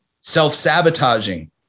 self-sabotaging